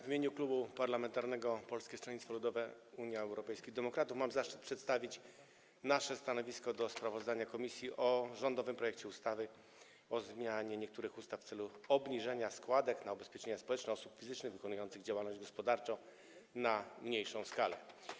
W imieniu Klubu Poselskiego Polskiego Stronnictwa Ludowego - Unii Europejskich Demokratów mam zaszczyt przedstawić nasze stanowisko wobec sprawozdania komisji o rządowym projekcie ustawy o zmianie niektórych ustaw w celu obniżenia składek na ubezpieczenia społeczne osób fizycznych wykonujących działalność gospodarczą na mniejszą skalę.